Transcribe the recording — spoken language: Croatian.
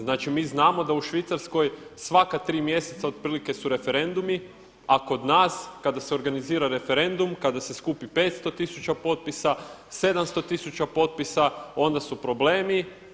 Znači, mi znamo da u Švicarskoj svaka tri mjeseca otprilike su referendumi, a kod nas kada se organizira referendum, kada se skupi 500 tisuća potpisa, 700 tisuća potpisa, onda su problemi.